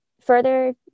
further